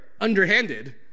underhanded